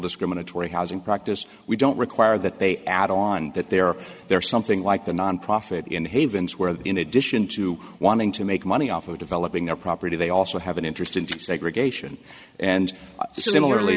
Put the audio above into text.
discriminatory housing practice we don't require that they add on that they are there something like the nonprofit in havens where in addition to wanting to make money off of developing their property they also have an interest in segregation and similarly